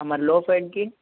మరి లోసైడ్కి